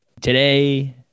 Today